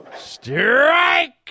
Strike